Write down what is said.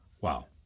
Wow